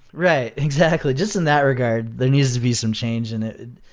right. exactly, just in that regard. there needs to be some change in it.